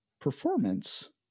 performance